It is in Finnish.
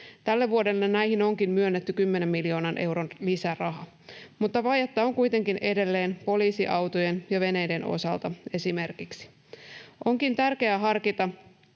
Tälle vuodelle näihin onkin myönnetty 10 miljoonan euron lisäraha. Vajetta on kuitenkin edelleen esimerkiksi poliisiautojen ja ‑veneiden osalta. Onkin tärkeää harkita